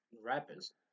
rappers